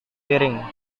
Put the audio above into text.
piring